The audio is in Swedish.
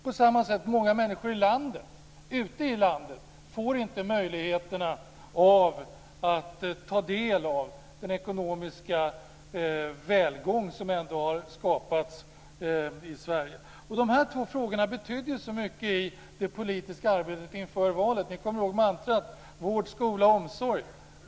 På samma sätt får inte många människor ute i landet möjlighet att ta del av den ekonomiska välgång som ändå har skapats i Sverige. De här två frågorna betyder så mycket i det politiska arbetet inför valet. Vi kommer ihåg mantrat: vård, skola, omsorg.